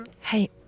Hey